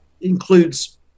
includes